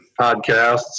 podcasts